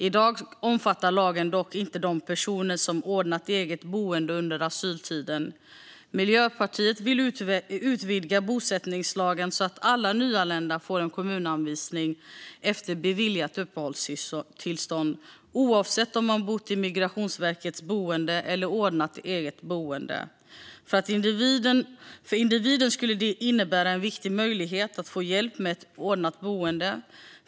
I dag omfattar lagen dock inte de personer som ordnat eget boende under asyltiden. Miljöpartiet vill utvidga bosättningslagen så att alla nyanlända får en kommunanvisning efter beviljat uppehållstillstånd, oavsett om man bott i Migrationsverkets boende eller ordnat eget boende. För individen skulle det innebära en viktig möjlighet att få hjälp med ett ordnat boende.